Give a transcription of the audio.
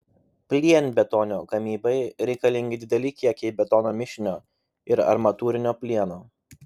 plienbetonio gamybai reikalingi dideli kiekiai betono mišinio ir armatūrinio plieno